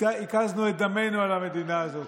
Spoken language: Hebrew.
הקזנו את דמנו על המדינה הזאת.